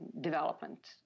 development